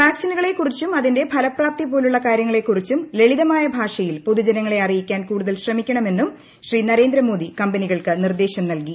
വാക്സിനുകളെക്കുറിച്ചും അതിന്റെ ഫലപ്രാപ്തി പോലുള്ള കാര്യങ്ങളെക്കുറിച്ചും പൊതുജനങ്ങളെ അറിയിക്കാൻ് കൂടുതൽ ശ്രമിക്കണമെന്നും ശ്രീ നരേന്ദ്രമോദി കമ്പനികൾക്ക് നി്ർദ്ദേശം നൽകി